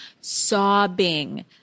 sobbing